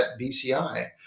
BCI